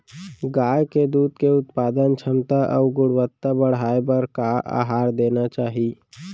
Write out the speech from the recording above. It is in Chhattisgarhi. गाय के दूध के उत्पादन क्षमता अऊ गुणवत्ता बढ़ाये बर का आहार देना चाही?